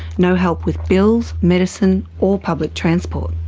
no help with bills, medicine or public transport.